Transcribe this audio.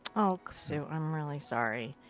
oh, sue. i'm really sorry.